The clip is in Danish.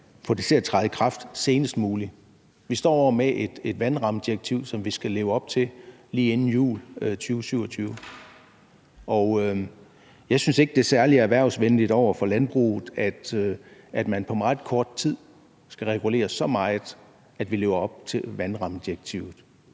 skal få det til at træde i kraft senest muligt. Vi står med et vandrammedirektiv, som vi skal leve op til lige inden jul 2027, og jeg synes ikke, det er særlig erhvervsvenligt over for landbruget, at man på meget kort tid skal regulere så meget, at vi lever op til vandrammedirektivet.